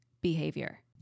behavior